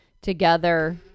together